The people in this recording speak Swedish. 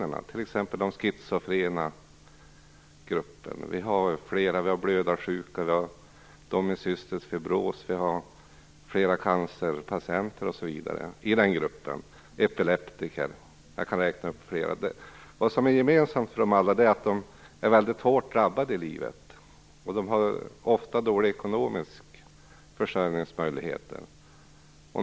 Det gäller t.ex. de schizofrena, de blödarsjuka, de med cystisk fibros, cancerpatienter, epileptiker, osv. Jag kan räkna upp fler. Vad som är gemensam för dem alla är att de är väldigt hårt drabbade i livet. De har ofta små ekonomiska försörjningsmöjligheter.